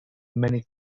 many